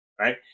Right